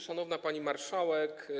Szanowna Pani Marszałek!